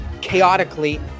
chaotically